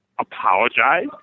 apologize